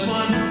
one